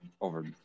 over